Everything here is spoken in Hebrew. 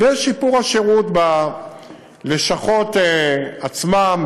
ויש שיפור השירות בלשכות עצמן,